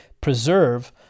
preserve